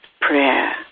prayer